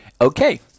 Okay